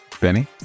Benny